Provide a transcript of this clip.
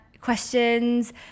questions